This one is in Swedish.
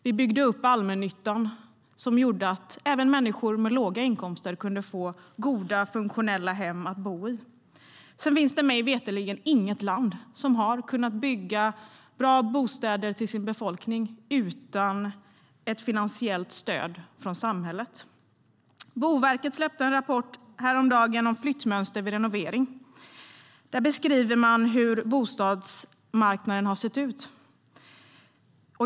Vi byggde upp allmännyttan, som gjorde att även människor med låga inkomster kunde få goda, funktionella hem att bo i.Boverket släppte häromdagen en rapport om flyttmönster vid renovering. Där beskriver man hur bostadsmarknaden har sett ut.